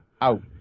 out